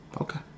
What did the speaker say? Okay